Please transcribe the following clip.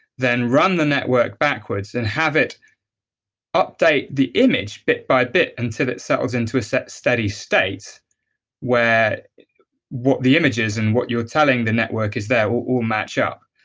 then run the network backwards and have it update the image bit by bit until it settles into a steady state where what the images and what you're telling the network is there all match up.